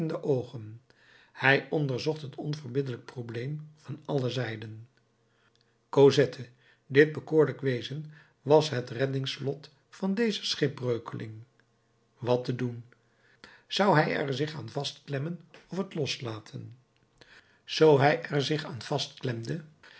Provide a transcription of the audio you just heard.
oogen hij onderzocht het onverbiddelijk probleem van alle zijden cosette dit bekoorlijk wezen was het reddingsvlot van dezen schipbreukeling wat te doen zou hij er zich aan vastklemmen of het loslaten zoo hij er zich aan